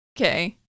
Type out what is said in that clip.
Okay